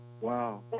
Wow